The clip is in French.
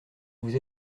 vous